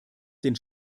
den